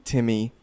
Timmy